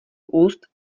úst